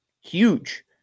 huge